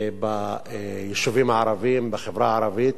ביישובים הערביים, בחברה הערבית,